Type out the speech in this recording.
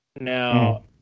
Now